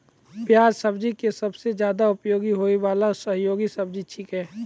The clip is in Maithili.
प्याज सब्जी के सबसॅ ज्यादा उपयोग होय वाला सहयोगी सब्जी छेकै